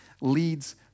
leads